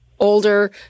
Older